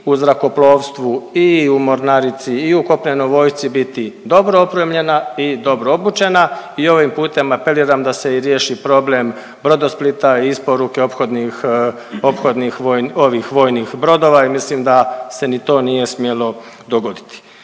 u zrakoplovstvu i u mornarici i u kopnenoj vojsci biti dobro opremljena i dobro obučena i ovim putem apeliram da se i riješi problem Brodosplita i isporuke ophodnih, ophodnih voj… ovih vojnih brodova i mislim da se ni to nije smjelo dogoditi.